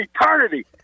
eternity